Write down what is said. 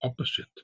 opposite